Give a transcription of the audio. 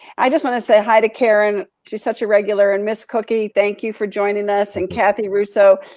i just wanna say hi to karen. she's such a regular, and ms. kookie, thank you for joining us, and kathi russo.